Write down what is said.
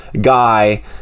guy